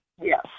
Yes